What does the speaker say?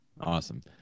Awesome